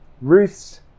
Ruth's